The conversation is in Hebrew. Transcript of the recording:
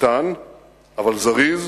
קטן אבל זריז,